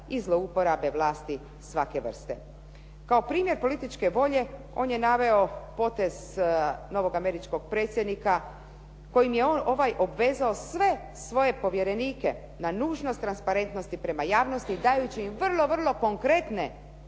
i zlouporabe vlasti svake vrste. Kao primjer političke volje on je naveo potez novog američkog predsjednika kojim je ovaj obvezao sve svoje povjerenike na nužnost transparentnosti prema javnosti dajući im vrlo, vrlo konkretne